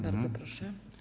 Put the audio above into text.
Bardzo proszę.